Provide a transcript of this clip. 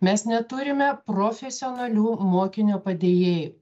mes neturime profesionalių mokinio padėjėjų